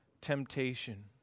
temptation